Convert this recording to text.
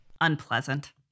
unpleasant